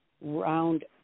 round